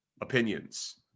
opinions